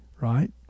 right